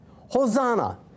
Hosanna